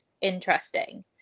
interesting